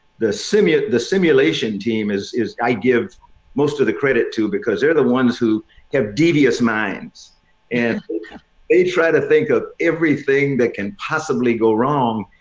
the so um yeah the simulation team is i i give most of the credit to because they're the ones who have devious minds and they try to think of everything that can possibly go wrong.